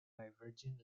virgin